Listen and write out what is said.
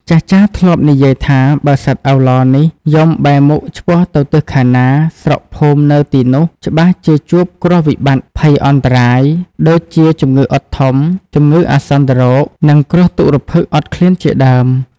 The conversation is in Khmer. ចាស់ៗ ធ្លាប់និយាយថា បើសត្វឪឡនេះយំបែរមុខឆ្ពោះទៅទិសខាងណា ស្រុកភូមិនៅទីនោះច្បាស់ជាជួបគ្រោះវិបត្តិភ័យអន្តរាយ ដូចជាជំងឺអុតធំ ជំងឺអាសន្នរោគ និងគ្រោះទុរ្ភិក្សអត់ឃ្លានជាដើម។